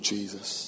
Jesus